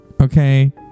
okay